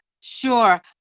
Sure